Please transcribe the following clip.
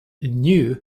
knew